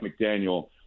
McDaniel